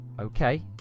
okay